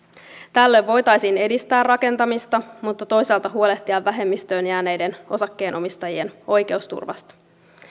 tällöin voitaisiin edistää rakentamista mutta toisaalta huolehtia vähemmistöön jääneiden osakkeenomistajien oikeusturvasta